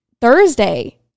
Thursday